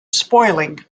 spoiling